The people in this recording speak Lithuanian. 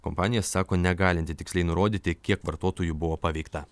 kompanija sako negalinti tiksliai nurodyti kiek vartotojų buvo paveikta